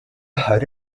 aħħar